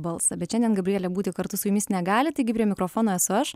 balsą bet šiandien gabrielė būti kartu su jumis negali taigi prie mikrofono esu aš